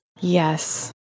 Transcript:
Yes